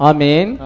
Amen